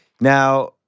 Now